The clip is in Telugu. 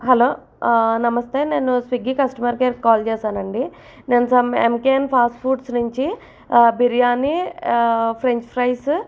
హలో నమస్తే నేను స్విగ్గీ కస్టమర్ కేర్కి కాల్ చేసాను అండి నేను సం ఎంకెఎన్ ఫాస్ట్ ఫుడ్స్ నుంచి బిర్యానీ ఫ్రెంచ్ ఫ్రైసు